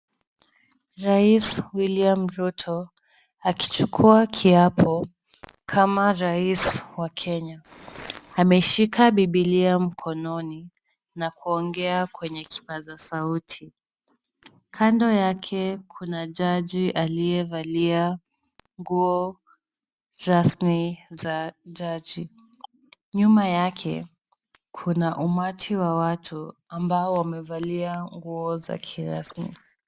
Rais William Ruto akichukua kiapo kama rais wa Kenya. Ameshika bibilia mkononi na kuongea kwenye kipaza sauti. Kando yake kuna jaji aliyevalia nguo rasmi za jaji. Nyuma yake kuna umati wa watu ambao wamevalia nguo za kirasmi.